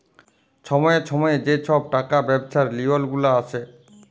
ছময়ে ছময়ে যে ছব টাকা ব্যবছার লিওল গুলা আসে